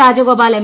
Rajagopal M